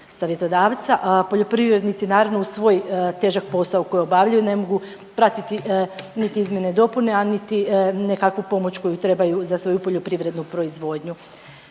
poljoprivrednici naravno uz svoj težak postao koji obavljaju ne mogu pratiti niti izmjene i dopune, a niti nekakvu pomoć koju trebaju za svoju poljoprivrednu proizvodnju.